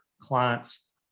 clients